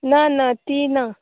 ना ना ती ना